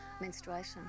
menstruation